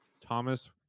Thomas